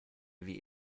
wie